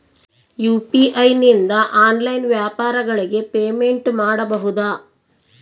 UPI ನಿಂದ online ವ್ಯಾಪಾರಗಳಿಗೆ payment ಮಾಡಬಹುದಾ?